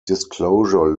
disclosure